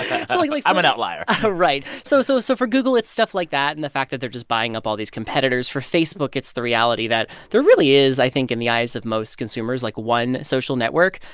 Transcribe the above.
so like like. i'm an outlier right. so so so for google, it's stuff like that and the fact that they're just buying up all these competitors. for facebook, it's the reality that there really is, i think in the eyes of most consumers, like, one social network.